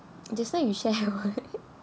just now you share [what]